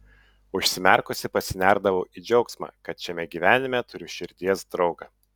užsimerkusi pasinerdavau į džiaugsmą kad šiame gyvenime turiu širdies draugą